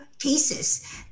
cases